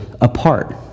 apart